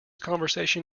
conversation